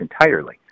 entirely